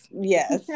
Yes